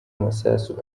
amasasu